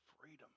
Freedom